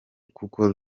kuko